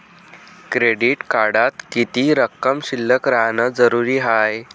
Credit कार्डात किती रक्कम शिल्लक राहानं जरुरी हाय?